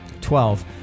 Twelve